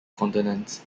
continents